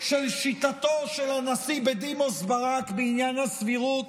של שיטתו של הנשיא בדימוס ברק בעניין הסבירות,